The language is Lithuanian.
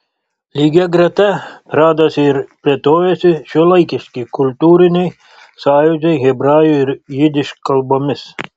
lygia greta radosi ir plėtojosi šiuolaikiški kultūriniai sąjūdžiai hebrajų ir jidiš kalbomis